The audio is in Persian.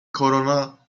کرونا